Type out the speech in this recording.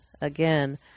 again